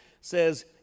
says